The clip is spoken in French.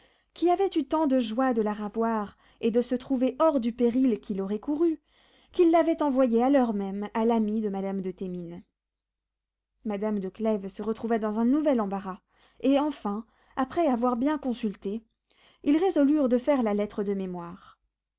qui avait eu tant de joie de la ravoir et de se trouver hors du péril qu'il aurait couru qu'il l'avait renvoyée à l'heure même à l'amie de madame de thémines madame de clèves se retrouva dans un nouvel embarras et enfin après avoir bien consulté ils résolurent de faire la lettre de mémoire